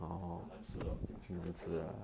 很难吃 ah steam chicken breast uh